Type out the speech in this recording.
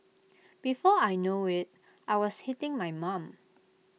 before I know IT I was hitting my mum